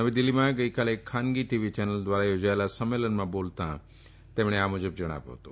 નવી દિલ્ફીમાં ગઇકાલે એક ખાનગી ટીવી ચેનલ દ્વારા યોજાયેલા સંમેલનમાં સંબોધતાં તેમણે આ મુજબ જણાવ્યું હતું